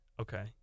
Okay